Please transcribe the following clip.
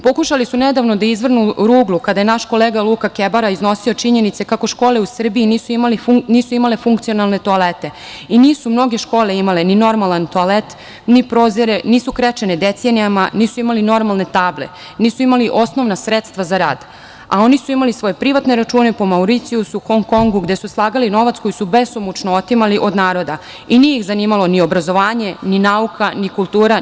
Pokušali su nedavno da izvrnu ruglu kada je naš kolega Luka Kebara iznosio činjenice kako škole u Srbiji nisu imale funkcionalne toalete i nisu mnoge škole imale ni normalan toalet, ni prozore, nisu krečene decenijama, nisu imale normalne table, nisu imale osnovna sredstva za rad, a oni su imali svoje privatne račune po Mauricijusu, Hongkongu, gde su slagali novac koji su besomučno otimali od naroda i nije ih zanimalo ni obrazovanje, ni nauka, ni kultura.